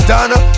Donna